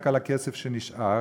רק על הכסף שנשאר,